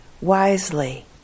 wisely